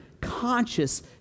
conscious